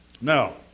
Now